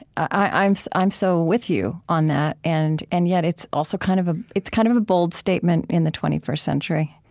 i'm so i'm so with you on that. and and yet, it's also kind of ah kind of a bold statement in the twenty first century